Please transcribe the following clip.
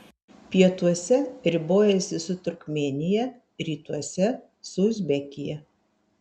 pietuose ribojasi su turkmėnija rytuose su uzbekija